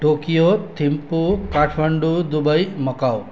Tokyo Thimphu Kathmandu Dubai Macau